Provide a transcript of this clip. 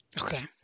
Okay